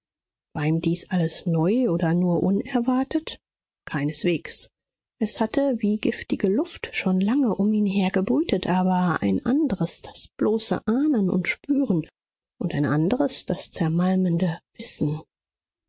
war ihm dies alles neu oder nur unerwartet keineswegs es hatte wie giftige luft schon lange um ihn her gebrütet aber ein andres das bloße ahnen und spüren und ein andres das zermalmende wissen